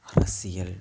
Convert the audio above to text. அரசியல்